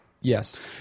Yes